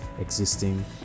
existing